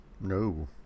No